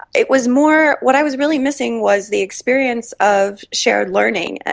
it was more, what i was really missing was the experience of shared learning,